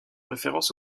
référence